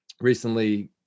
recently